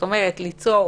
ליצור